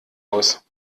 aus